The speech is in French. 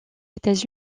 états